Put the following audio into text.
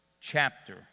chapter